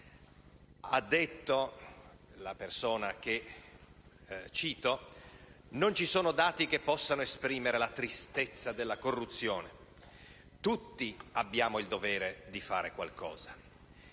che stiamo esaminando: «non vi sono dati che possano esprimere la tristezza della corruzione. Tutti abbiamo il dovere di fare qualcosa».